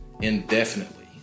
indefinitely